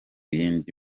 yindi